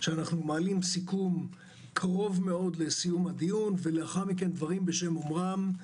שאנו מעלים סיכום קרוב מאוד לסיום הדיון ולאחר מכן דברים בשם אומרם.